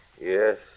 Yes